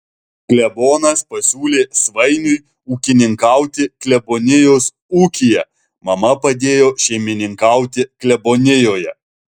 klebonas pasiūlė svainiui ūkininkauti klebonijos ūkyje mama padėjo šeimininkauti klebonijoje